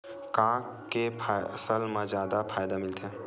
का के फसल मा जादा फ़ायदा मिलथे?